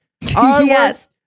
Yes